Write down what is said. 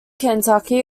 kentucky